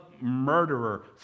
murderer